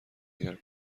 اگر